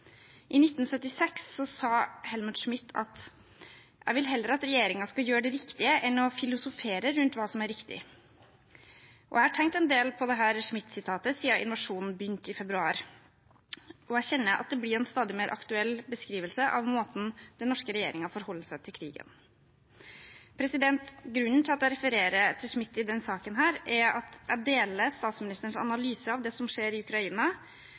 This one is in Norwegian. I 1976 sa Helmut Schmidt at jeg vil heller at regjeringen skal gjøre de riktige enn å filosofere rundt hva som er riktig. Jeg har tenkt en del på dette Schmidt-sitatet siden invasjonen begynte i februar, og jeg kjenner at det blir en stadig mer aktuell beskrivelse av måten den norske regjeringen forholder seg til krigen på. Grunnen til at jeg refererer til Schmidt i denne saken, er at jeg deler statsministerens analyse av det som skjer i Ukraina,